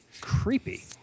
creepy